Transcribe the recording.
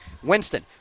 Winston